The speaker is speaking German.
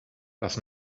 das